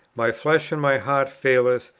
my flesh and my heart faileth,